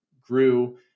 grew